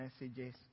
messages